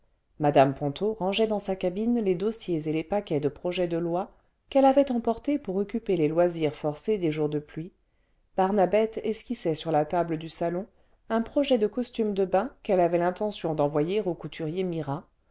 mme ponto rangeait dans sa cabine les dossiers et les paquets de projets de loi qu'elle avait emportés pour occuper les loisirs forcés des jours de pluie barnabette esquissait sur la table du salon un projet de costume de bains qu'elle avait l'intention d'envoyer au couturier mira